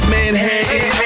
Manhattan